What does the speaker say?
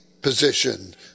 position